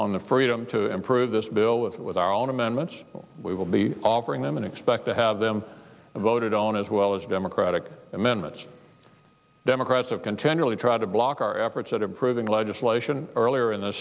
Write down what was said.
on the freedom to improve this bill with with our own amendments we will be offering them and expect to have them voted on as well as democratic amendments democrats are continually try to block our efforts at improving legislation earlier in th